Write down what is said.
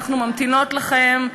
אנחנו ממתינות לכן,